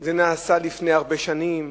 זה נעשה לפני הרבה שנים